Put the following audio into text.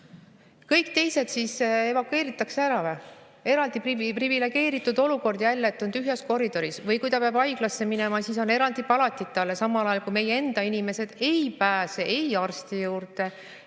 Kõik teised siis evakueeritakse ära või? Eraldi privilegeeritud olukord on tal jälle, nii et ta on tühjas koridoris? Või kui ta peab haiglasse minema, siis on tal eraldi palat? Samal ajal kui meie enda inimesed ei pääse arsti juurde